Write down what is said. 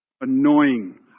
annoying